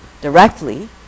directly